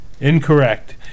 Incorrect